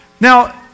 Now